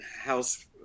House